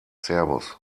servus